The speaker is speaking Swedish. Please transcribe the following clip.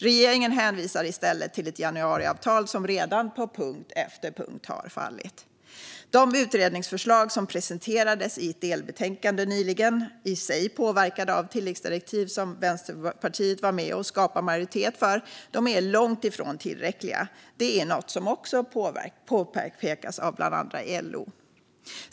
Regeringen hänvisar i stället till ett januariavtal som redan på punkt efter punkt har fallit. De utredningsförslag som presenterades i ett delbetänkande nyligen - i sig påverkade av tilläggsdirektiv som Vänsterpartiet var med och skapade majoritet för - är långt ifrån tillräckliga. Detta är något som också påpekas av bland andra LO.